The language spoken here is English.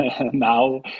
now